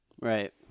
Right